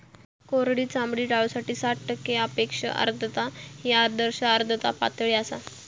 कोरडी चामडी टाळूसाठी साठ टक्के सापेक्ष आर्द्रता ही आदर्श आर्द्रता पातळी आसा